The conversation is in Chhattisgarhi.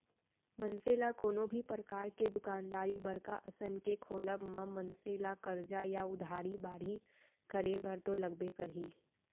मनसे ल कोनो भी परकार के दुकानदारी बड़का असन के खोलब म मनसे ला करजा या उधारी बाड़ही करे बर तो लगबे करही